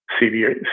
CB